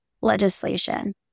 legislation